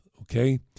Okay